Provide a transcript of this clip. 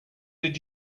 did